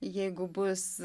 jeigu bus